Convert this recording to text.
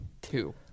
two